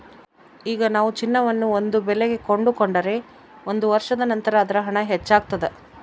ಈಗ ನಾವು ಚಿನ್ನವನ್ನು ಒಂದು ಬೆಲೆಗೆ ಕೊಂಡುಕೊಂಡರೆ ಒಂದು ವರ್ಷದ ನಂತರ ಅದರ ಹಣ ಹೆಚ್ಚಾಗ್ತಾದ